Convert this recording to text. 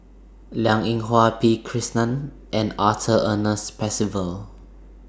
Liang Eng Hwa P Krishnan and Arthur Ernest Percival